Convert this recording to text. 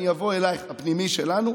הפנימי שלנו,